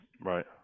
Right